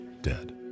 dead